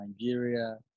Nigeria